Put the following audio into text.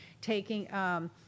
taking